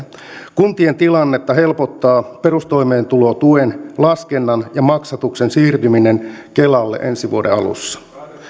kuntien tilannetta helpottaa perustoimeentulotuen laskennan ja maksatuksen siirtyminen kelalle ensi vuoden alusta